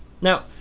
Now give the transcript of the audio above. Now